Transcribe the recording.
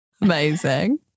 Amazing